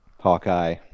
Hawkeye